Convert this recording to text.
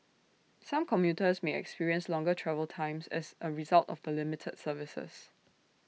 some commuters may experience longer travel times as A result of the limited services